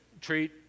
treat